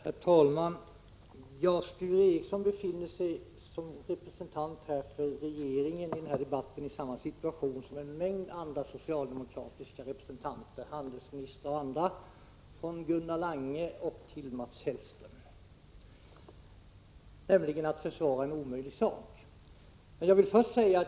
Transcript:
Herr talman! Sture Ericson befinner sig som representant för regeringen i den här debatten i samma situation som en mängd andra socialdemokratiska representanter, handelsministrar och andra — från Gunnar Lange till Mats Hellström — nämligen att försvara en omöjlig sak.